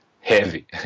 heavy